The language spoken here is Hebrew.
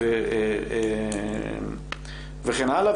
וכן הלאה.